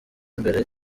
imbere